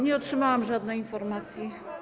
Nie otrzymałam żadnej informacji.